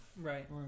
Right